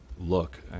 look